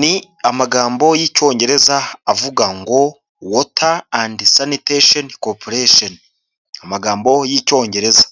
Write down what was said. ni amagambo y'icyongereza avuga ngo wota andi sanitasheni koruporesheni, amagambo y'icyongereza.